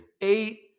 Eight